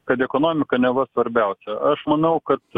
kad ekonomika neva svarbiausia aš manau kad